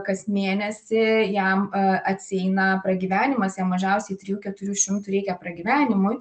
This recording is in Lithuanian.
kas mėnesį jam atsieina pragyvenimas jam mažiausiai trijų keturių šimtų reikia pragyvenimui